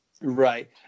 Right